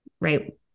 right